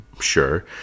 sure